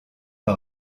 par